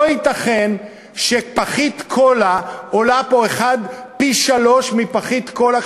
לא ייתכן שפחית קולה עולה פה פי-שלושה מפחית קולה,